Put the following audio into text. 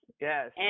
Yes